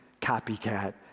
copycat